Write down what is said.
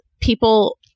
people